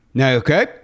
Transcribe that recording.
Okay